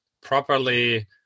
properly